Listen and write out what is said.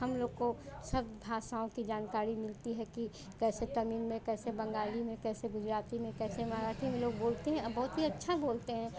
हम लोग को सब भाषाओं की जनकारी मिलती है कि कैसे तमिल में कैसे बंगाली में कैसे गुजराती में कैसे मराठी में लोग बोलते हैं बहुत ही अच्छा बोलते हैं